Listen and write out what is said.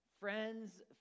friends